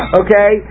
okay